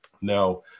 Now